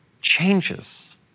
changes